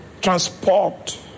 transport